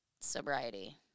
Sobriety